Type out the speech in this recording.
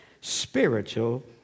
spiritual